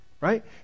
right